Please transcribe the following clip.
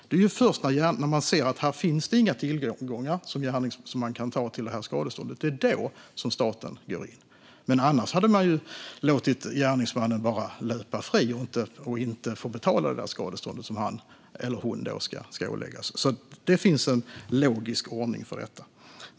Det är ju först när man ser att det inte finns några tillgångar att ta till skadeståndet som staten går in. Annars hade man ju låtit gärningsmannen bara löpa fri utan att behöva betala skadeståndet som han eller hon åläggs. Det finns en logisk ordning i detta.